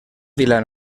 vila